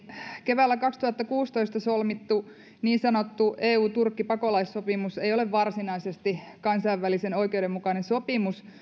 keväällä kaksituhattakuusitoista solmittu niin sanottu eu turkki pakolaissopimus ei ole varsinaisesti kansainvälisen oikeuden mukainen sopimus